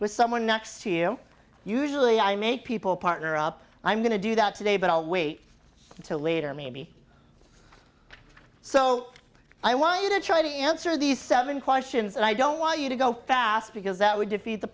with someone next to you usually i make people partner up i'm going to do that today but i'll wait until later maybe so i want you to try to answer these seven questions that i don't want you to go fast because that would defeat the